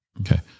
okay